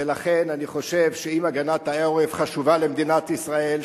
ולכן אני חושב שאם הגנת העורף חשובה למדינת ישראל,